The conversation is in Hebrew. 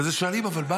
אחרי זה שנים: אבל מה?